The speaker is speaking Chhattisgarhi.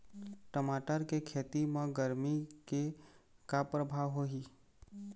टमाटर के खेती म गरमी के का परभाव होही?